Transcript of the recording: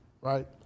right